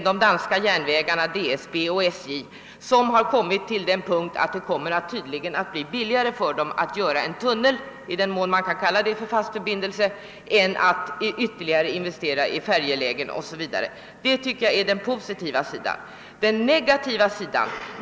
De danska järnvägarna, DSB, och SJ har nämligen kommit till den uppfattningen, att det blir billigare att an lägga en tunnel i den mån man nu kan kalla en tunnel för fast förbindelse, än att investera ytterligare i färjelägen och liknande. — Det är den positiva sidan av saken.